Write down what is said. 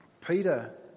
Peter